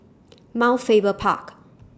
Mount Faber Park